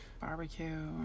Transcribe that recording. Barbecue